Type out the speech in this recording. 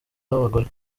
bagore